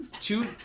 two